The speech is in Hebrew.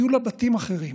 היו לה בתים אחרים.